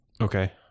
Okay